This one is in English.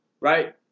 right